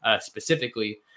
specifically